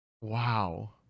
Wow